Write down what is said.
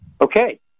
Okay